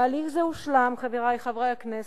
תהליך זה הושלם, חברי חברי הכנסת,